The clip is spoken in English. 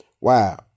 wow